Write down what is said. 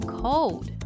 cold